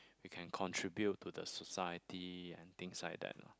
we can contribute to the society and things like that lah